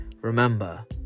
remember